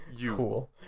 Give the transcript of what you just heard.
Cool